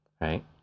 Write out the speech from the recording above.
right